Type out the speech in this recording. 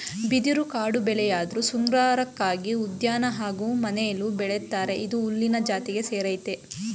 ಬಿದಿರು ಕಾಡುಬೆಳೆಯಾಧ್ರು ಶೃಂಗಾರಕ್ಕಾಗಿ ಉದ್ಯಾನ ಹಾಗೂ ಮನೆಲೂ ಬೆಳಿತರೆ ಇದು ಹುಲ್ಲಿನ ಜಾತಿಗೆ ಸೇರಯ್ತೆ